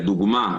לדוגמה,